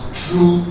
true